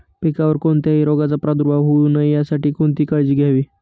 पिकावर कोणत्याही रोगाचा प्रादुर्भाव होऊ नये यासाठी कोणती काळजी घ्यावी?